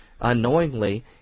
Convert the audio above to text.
unknowingly